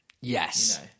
Yes